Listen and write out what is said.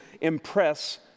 impress